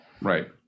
Right